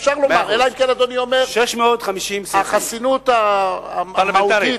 אפשר לומר, אלא אם כן אדוני אומר, מאה אחוז.